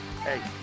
Hey